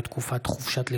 כי הונחו היום על שולחן הכנסת,